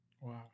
Wow